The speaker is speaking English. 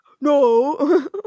no